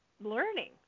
learning